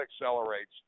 accelerates